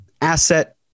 asset